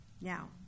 Now